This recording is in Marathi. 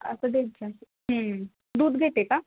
असं देत जा दूध घेते का